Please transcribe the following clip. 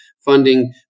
funding